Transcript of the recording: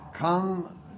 Come